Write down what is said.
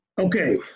Okay